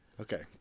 Okay